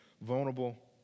vulnerable